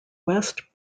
west